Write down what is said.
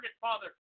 Father